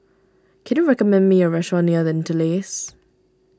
can you recommend me a restaurant near the interlace